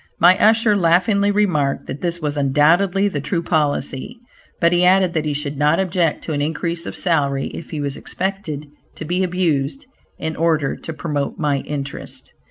my usher laughingly remarked, that this was undoubtedly the true policy but he added that he should not object to an increase of salary if he was expected to be abused in order to promote my interest.